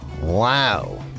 Wow